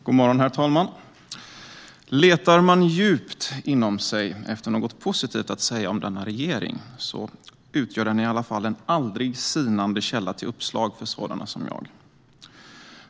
Riksrevisionens rapport om nationella samordnare som statligt styrmedel God morgon, herr talman! Letar man djupt inom sig efter något positivt att säga om denna regering så utgör den i alla fall en aldrig sinande källa till uppslag för sådana som jag.